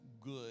good